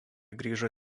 grįžo